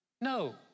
No